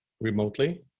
remotely